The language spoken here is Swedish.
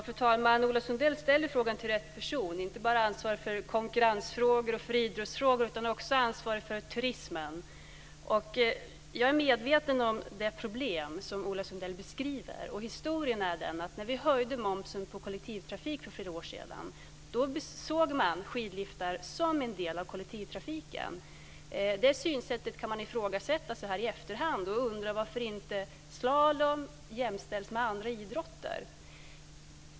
Fru talman! Ola Sundell ställer frågan till rätt person. Jag är inte bara ansvarig för konkurrensfrågor och idrottsfrågor utan också för turismen. Jag är medveten om det problem som Ola Sundell beskriver, och historien är den att när vi höjde momsen på kollektivtrafik för flera år sedan sågs skidliftar som en del av kollektivtrafiken. Det synsättet kan man ifrågasätta så här i efterhand. Man kan undra varför inte slalom jämställs med andra idrotter.